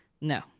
No